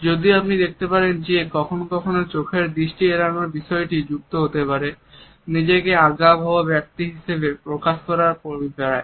যদিও আপনি দেখতে পাবেন যে কখনও কখনও চোখের দৃষ্টি এড়ানোর বিষয়টি যুক্ত হতে পারে নিজেকে আজ্ঞাবহ ব্যক্তি হিসেবে প্রকাশ করার অভিপ্রায়ে